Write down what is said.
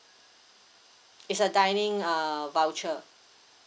it's a dining uh voucher